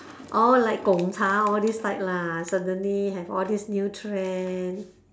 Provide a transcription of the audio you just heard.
orh like gongcha all these type lah suddenly have all this new trend